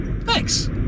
thanks